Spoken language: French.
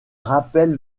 rappelle